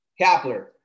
Kapler